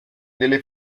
delle